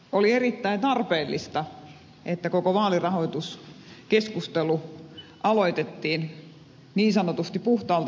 oli erittäin tarpeellista että koko vaalirahoituskeskustelu aloitettiin niin sanotusti puhtaalta pöydältä